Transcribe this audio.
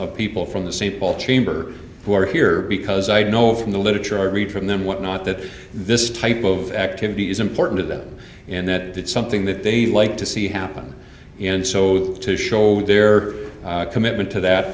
of people from the st paul chamber who are here because i know from the literature i read from them whatnot that this type of activity is important to them and that that's something that they like to see happen and so to shoulder their commitment to that